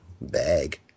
bag